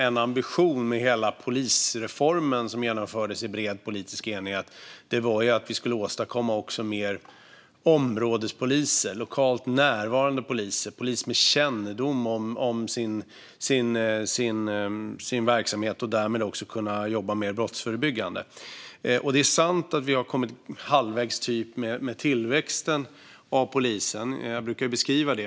En ambition med hela polisreformen, som genomfördes i bred politisk enighet, var att vi skulle åstadkomma fler områdespoliser, lokalt närvarande poliser, poliser med kännedom om sin verksamhet och som därmed skulle kunna jobba mer brottsförebyggande. Det är sant att vi har kommit typ halvvägs med tillväxten av poliser, som jag ju brukar beskriva.